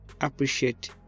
appreciate